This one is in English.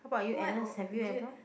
why uh do you